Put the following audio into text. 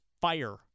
fire